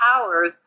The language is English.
powers